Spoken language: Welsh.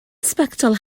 sbectol